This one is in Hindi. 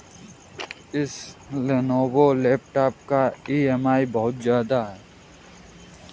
इस लेनोवो लैपटॉप का ई.एम.आई बहुत ज्यादा है